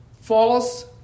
false